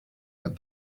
that